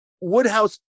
Woodhouse